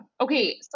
okay